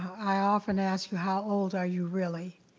i often ask you how old are you really.